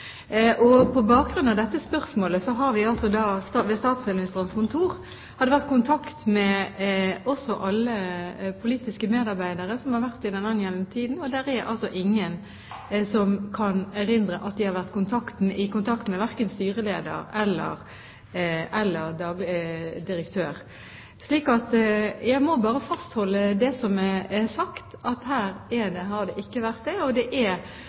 På bakgrunn av dette spørsmålet har vi også vært i kontakt med alle politiske medarbeidere ved Statsministerens kontor i den angjeldende tiden, men det er ingen som kan erindre at de har vært i kontakt med verken styreleder eller direktør. Jeg må derfor bare fastholde det som er sagt, at her har det ikke vært kontakt. Det